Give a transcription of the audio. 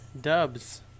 Dubs